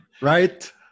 Right